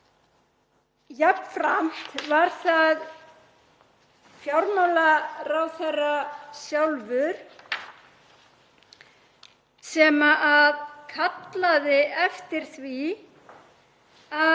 Jafnframt var það fjármálaráðherra sjálfur sem kallaði eftir því að